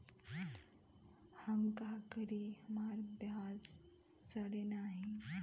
हम का करी हमार प्याज सड़ें नाही?